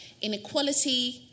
inequality